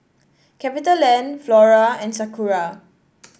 Capitaland Flora and Sakura